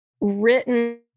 written